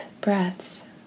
breaths